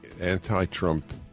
anti-Trump